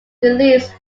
released